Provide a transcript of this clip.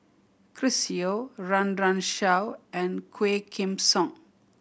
Chris Yeo Run Run Shaw and Quah Kim Song